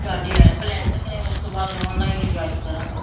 ਤੁਹਾਡੀ ਹੈਲਪ ਲੈ ਸਕਦੇ ਉਸ ਤੋਂ ਬਾਅਦ ਓਨਲਾਈਨ ਹੀ ਜੁਆਇਨ ਕਰਾਂਗੇ